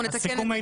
נתקן את זה.